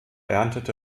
erntete